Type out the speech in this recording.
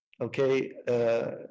okay